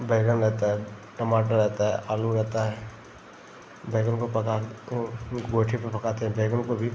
बैंगन रहता है टमाटर रहता है आलू रहता है बैंगन को पका गोइठे पर पकाते हैं बैंगन को भी